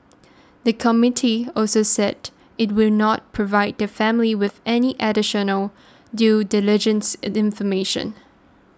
the committee also said it would not provide the family with any additional due diligence information